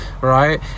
right